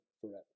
forever